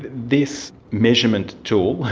this measurement tool,